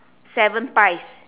seven pies